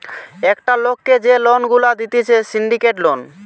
একটা লোককে যে লোন গুলা দিতেছে সিন্ডিকেট লোন